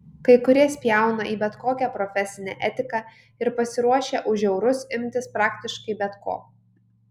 kai kurie spjauna į bet kokią profesinę etiką ir pasiruošę už eurus imtis praktiškai bet ko